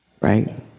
right